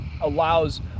allows